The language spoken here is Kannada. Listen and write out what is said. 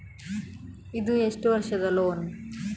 ಇದು ಎಷ್ಟು ವರ್ಷದ ಲೋನ್?